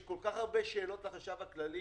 יש כל כך הרבה שאלות לחשב הכללי